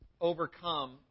overcome